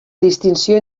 distinció